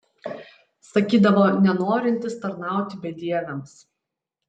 sakydavo nenorintis tarnauti bedieviams